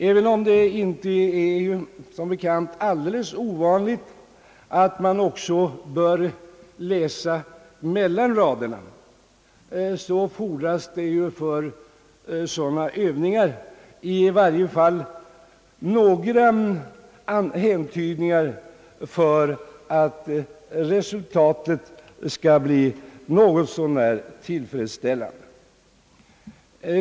även om det som bekant inte är alldeles ovanligt att man också bör läsa mellan raderna, fordras det ju för sådana övningar i varje fall några häntydningar för att resultatet skall bli något så när tillfredsställande.